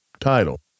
title